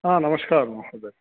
हा नमस्कारः महोदय